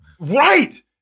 Right